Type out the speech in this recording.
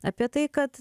apie tai kad